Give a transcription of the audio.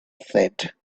said